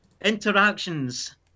interactions